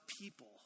people